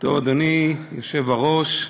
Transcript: אדוני היושב-ראש,